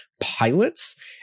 pilots